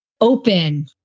Open